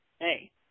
Hey